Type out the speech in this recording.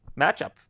matchup